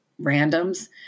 randoms